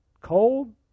cold